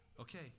Okay